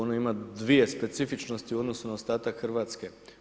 Ono ima dvije specifičnosti u odnosu na ostatak Hrvatske.